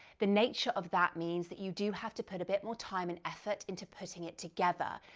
the nature of that means that you do have to put a bit more time and effort into putting it together,